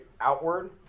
outward